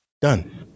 Done